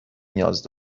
نیاز